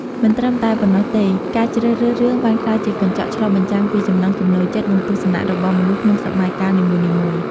មិនត្រឹមតែប៉ុណ្ណោះទេ ការជ្រើសរើសរឿងបានក្លាយជាកញ្ចក់ឆ្លុះបញ្ចាំងពីចំណង់ចំណូលចិត្ត និងទស្សនៈរបស់មនុស្សក្នុងសម័យកាលនីមួយៗ ។